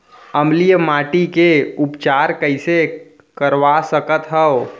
अम्लीय माटी के उपचार कइसे करवा सकत हव?